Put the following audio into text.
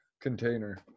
container